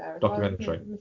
Documentary